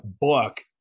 book